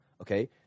okay